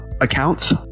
accounts